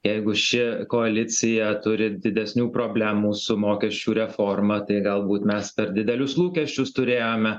jeigu ši koalicija turi didesnių problemų su mokesčių reforma tai galbūt mes per didelius lūkesčius turėjome